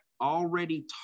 already